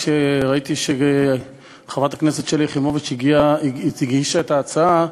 כשראיתי שחברת הכנסת שלי יחימוביץ הגישה את ההצעה,